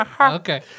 Okay